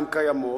הן קיימות,